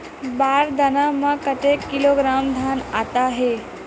बार दाना में कतेक किलोग्राम धान आता हे?